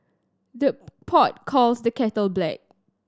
the pot calls the kettle black